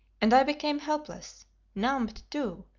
and i became helpless numbed, too,